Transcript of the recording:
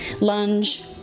Lunge